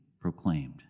proclaimed